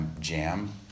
jam